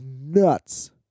nuts